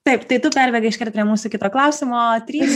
taip tai tu pervedei iškart prie mūsų į kito klausimo trys